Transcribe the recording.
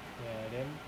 ya then